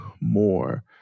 more